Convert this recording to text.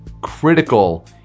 critical